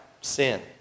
sin